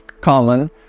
common